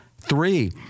three